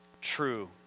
true